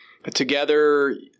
together